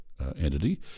entity